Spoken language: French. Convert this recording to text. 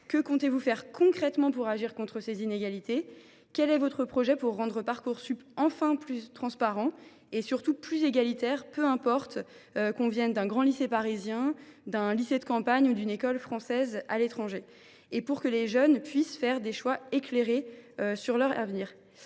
Que comptez vous faire concrètement pour agir contre ces inégalités ? Quelles mesures envisagez vous de prendre pour rendre Parcoursup enfin plus transparent et, surtout, plus égalitaire – peu importe que l’on vienne d’un grand lycée parisien, d’un lycée de campagne ou d’une école française à l’étranger –, et pour que les jeunes puissent faire des choix véritablement éclairés pour leur avenir